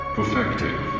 Perfective